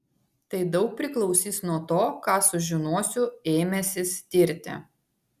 tai daug priklausys nuo to ką sužinosiu ėmęsis tirti